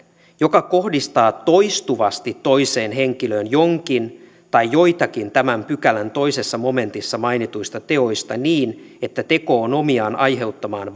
joka kohdistaa toistuvasti toiseen henkilöön jonkin tai joitakin tämän pykälän toisessa momentissa mainituista teoista niin että teko on omiaan aiheuttamaan